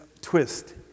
twist